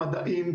מדעים,